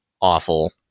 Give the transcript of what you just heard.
awful